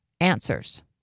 answers